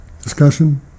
Discussion